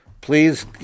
please